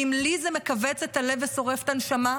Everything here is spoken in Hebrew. כי אם לי זה מכווץ את הלב ושורף את הנשמה,